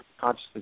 consciously